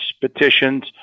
petitions